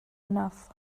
enough